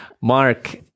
Mark